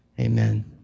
Amen